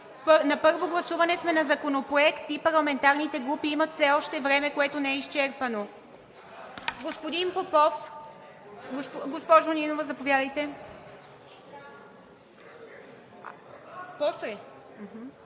на първо гласуване на законопроект и парламентарните групи имат все още време, което не е изчерпано. Госпожо Нинова, заповядайте.